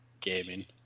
gaming